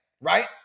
right